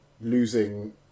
losing